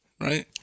right